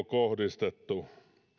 kohdistettu